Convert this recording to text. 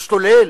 משתולל.